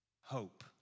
hope